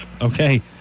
Okay